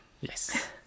Yes